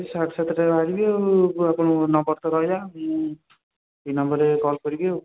ସେଇ ସାଢ଼େ ସାତଟାରେ ବାହାରିବି ଆଉ ଆପଣଙ୍କ ନମ୍ବର ତ ରହିଲା ଏଇ ନମ୍ବରରେ କଲ୍ କରିବି ଆଉ